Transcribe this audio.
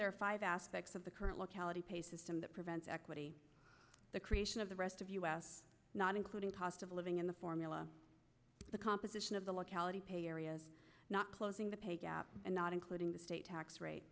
are five aspects of the current locality pay system that prevents equity the creation of the rest of us not including cost of living in the formula the composition of the locality pay areas not closing the pay gap and not including the state tax rate